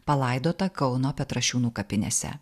palaidota kauno petrašiūnų kapinėse